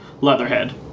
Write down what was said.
Leatherhead